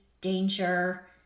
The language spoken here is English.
danger